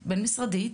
בין-משרדית,